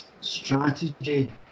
strategy